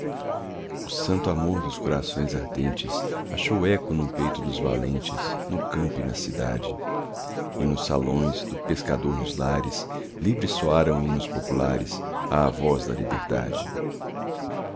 o santo amor dos corações ardentes achou eco no peito dos valentes no campo e na cidade e nos salões do pescador nos lares livres soaram hinos populares à voz da liberdade